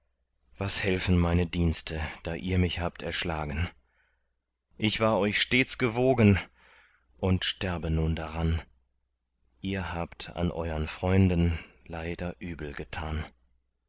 was helfen meine dienste da ihr mich habt erschlagen ich war euch stets gewogen und sterbe nun daran ihr habt an euern freunden leider übel getan